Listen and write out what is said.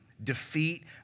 Defeat